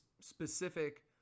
specific